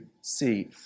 see